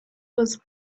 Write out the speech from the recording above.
was